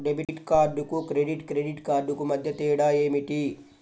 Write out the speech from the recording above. Debit కార్డుకు credit credit కార్డుకు మధ్య తేడా ఏమిటీ?